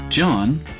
John